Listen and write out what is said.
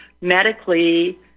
medically